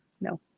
No